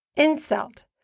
insult